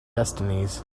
destinies